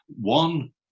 One